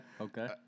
okay